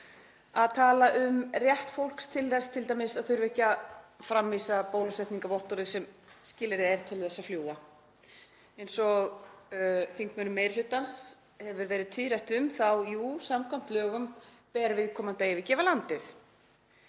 að tala um rétt fólks til þess t.d. að þurfa ekki að framvísa bólusetningarvottorði, sem skilyrði er til að fljúga. Eins og þingmönnum meiri hlutans hefur verið tíðrætt um þá jú, samkvæmt lögum ber viðkomandi að yfirgefa landið.